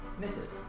Misses